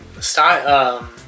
style